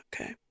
Okay